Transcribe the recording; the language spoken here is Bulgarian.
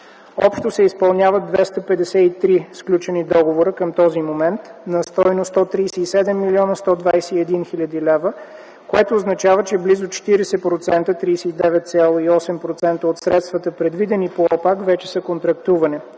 Общо се изпълняват 253 сключени договора, към този момент, на стойност 137 млн. 121 хил. лв., което означава, че близо 40% 39,8% от средствата предвидени по ОПАК са вече контрактувани.